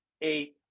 eight